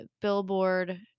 Billboard